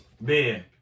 Man